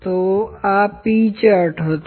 તેથી આ P chart હતો